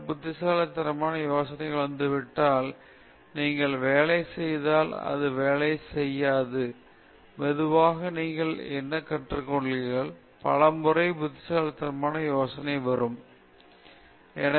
சில புத்திசாலித்தனமான யோசனைகள் வந்துவிட்டால் நீங்கள் வேலை செய்தால் அது வேலை செய்யாது மெதுவாக நீங்கள் என்ன கற்றுக்கொள்கிறீர்கள் பல முறை புத்திசாலித்தனமான யோசனை வரும் ஆனால் புத்திசாலித்தனமான எந்த சிறந்த யோசனைகளை நான் பின்பற்ற வேண்டும் நீங்கள் கண்டுபிடிக்க வேண்டும் ஏதாவது